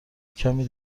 کمی